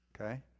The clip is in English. Okay